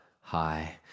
high